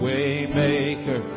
Waymaker